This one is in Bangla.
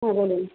হ্যাঁ বলুন